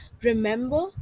remember